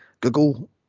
Google